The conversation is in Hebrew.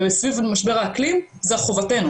וסביב משבר האקלים זו חובתנו.